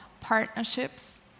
Partnerships